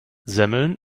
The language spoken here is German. semmeln